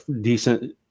decent